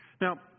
Now